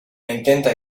intenta